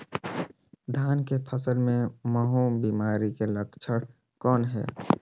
धान के फसल मे महू बिमारी के लक्षण कौन हे?